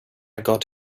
got